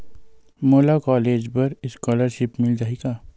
मोला कॉलेज बर स्कालर्शिप मिल जाही का?